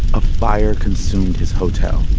a fire consumed his hotel